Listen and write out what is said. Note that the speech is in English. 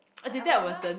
like I would never